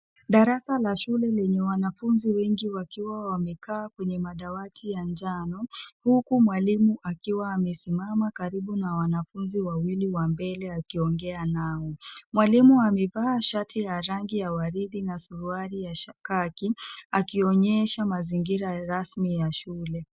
Darasa la shule lenye wanafunzi wengi wakiwa wamekaa kwenye madawati ya njano huku mwalimu akiwa amesimama karibu na wanafunzi wawili wa mbele akiongea nao. Mwalimu amevaa shati la rangi ya waridi ni suruali ya kaki akionyesha mazingira rasmi ya shule.